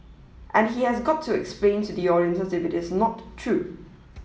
and he has got to explain to the audiences if it is not true